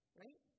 right